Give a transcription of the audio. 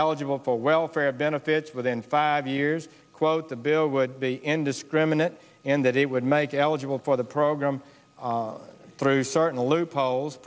eligible for welfare benefits within five years quote the bill would be indiscriminate and that it would make eligible the program through certain loopholes